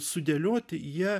sudėlioti jie